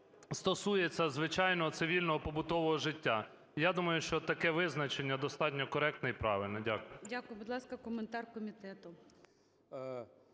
стосується звичайного, цивільно-побутового життя. Я думаю, що таке визначення достатньо коректне і правильне. Дякую. ГОЛОВУЮЧИЙ. Дякую. Будь ласка, коментар комітету.